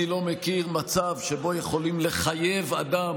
אני לא מכיר מצב שבו יכולים לחייב אדם,